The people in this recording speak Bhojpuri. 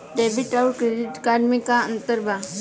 डेबिट आउर क्रेडिट कार्ड मे का अंतर बा?